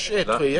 יש תיחום.